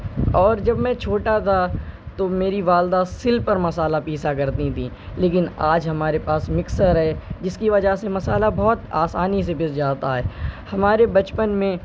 اور جب میں چھوٹا تھا تو میری والدہ سل پر مسالہ پیسا کرتی تھیں لیکن آج ہمارے پاس مکسر ہے جس کی وجہ سے مسالہ بہت آسانی سے پس جاتا ہے ہمارے بچپن میں